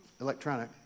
electronic